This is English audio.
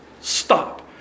Stop